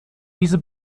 diese